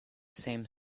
same